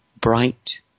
bright